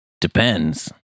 Depends